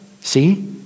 See